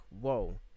whoa